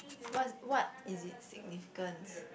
what's what is it significance